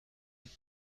with